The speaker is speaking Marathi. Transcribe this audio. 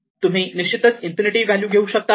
तुम्ही निश्चितच इन्फिनिटी घेऊ शकतात